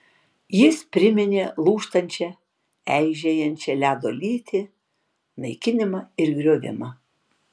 jis priminė lūžtančią eižėjančią ledo lytį naikinimą ir griovimą